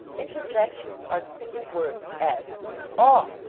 interjections are single words as oh,